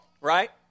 right